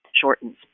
shortens